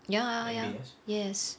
ya ya ya yes